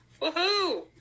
Woohoo